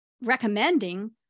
recommending